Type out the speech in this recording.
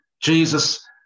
Jesus